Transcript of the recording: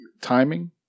timing